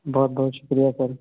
بہت بہت شُکریہ سر